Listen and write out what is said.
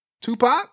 Tupac